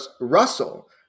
Russell